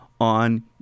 on